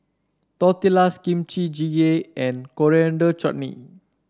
tortillas Kimchi Jjigae and Coriander Chutney